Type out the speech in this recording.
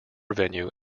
venue